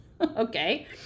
okay